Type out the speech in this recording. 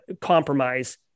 compromise